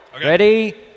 Ready